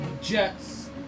Jets